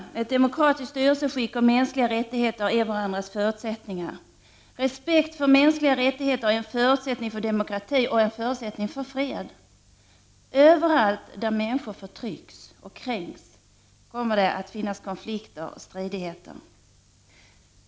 Ett demokratiskt styrelseskick och mänskliga rättigheter är varandras förutsättningar. Respekt för mänskliga rättigheter är en förutsättning för demokrati och en förutsättning för fred. Överallt där människor förtrycks och kränks kommer det att finnas konflikter och stridigheter.